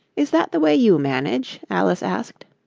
is that the way you manage alice asked.